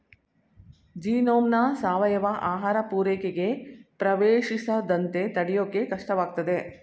ಜೀನೋಮ್ನ ಸಾವಯವ ಆಹಾರ ಪೂರೈಕೆಗೆ ಪ್ರವೇಶಿಸದಂತೆ ತಡ್ಯೋಕೆ ಕಷ್ಟವಾಗ್ತದೆ